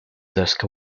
desk